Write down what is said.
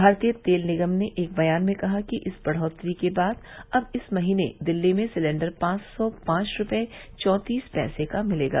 भारतीय तेल निगम ने एक बयान में कहा है कि इस बढ़ोतरी के बाद अब इस महीने दिल्ली में सिलेंडर पांच सौ पांच रूपये चौतीस पैसे का मिलेगा